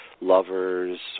lovers